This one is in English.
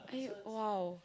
are you !wow!